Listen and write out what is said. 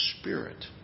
spirit